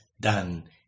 done